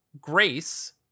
Grace